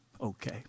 okay